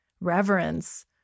reverence